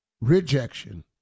Rejection